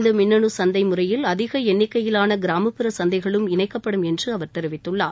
இந்த மின்னணு சந்தை முறையில் அதிக எண்ணிக்கையிலான கிராமப்புற சந்தைகளும் இணைக்கப்படும் என்று அவர் தெரிவித்துள்ளார்